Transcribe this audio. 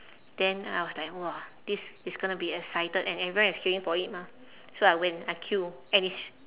then I was like !wah! this is gonna be excited and everyone is queuing for it mah so I went I queue and it's